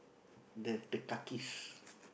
the the kakis